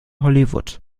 hollywood